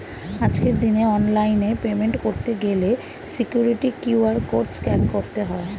আজকের দিনে অনলাইনে পেমেন্ট করতে গেলে সিকিউরিটি কিউ.আর কোড স্ক্যান করতে হয়